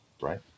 right